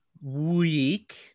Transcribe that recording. week